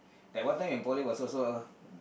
that one time in poly was also